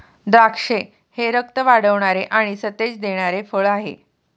द्राक्षे हे रक्त वाढवणारे आणि सतेज देणारे फळ आहे